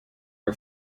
are